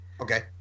Okay